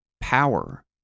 power